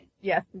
Yes